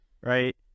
right